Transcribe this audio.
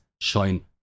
shine